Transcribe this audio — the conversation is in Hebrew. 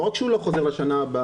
לא רק שהוא לא חוזר לשנה הבאה,